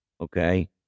okay